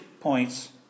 points